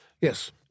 Yes